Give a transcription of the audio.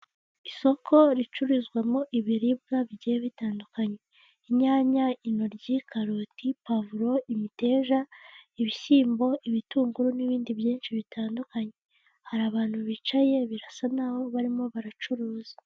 Isoko ricuruzwamo ibiribwa bigiye bitandukanye, inyanya, intoryi, karoti, pavuro, imiteja, ibishyimbo, ibitunguru n'ibindi byinshi bitandukanye, hari abantu bicaye, birasa naho barimo baracuruza.